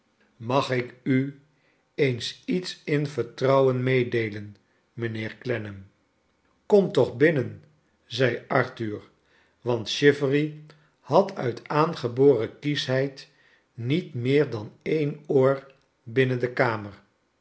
mag ik u eens iets in vertrouwen mee deelen mrjnheer clennam kom tooh binnen zei arthur want chivery had uit aangeboren kieschheid niet meer dan een oor binnen de kamer